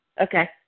Okay